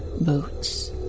boots